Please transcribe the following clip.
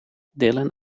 dylan